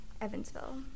Evansville